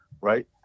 right